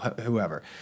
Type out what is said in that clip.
whoever